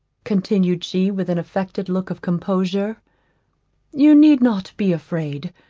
continued she with an affected look of composure you need not be afraid,